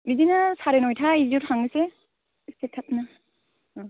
बिदिनो साराय नयथा बिदियाव थांनोसै एसे थाबनो औ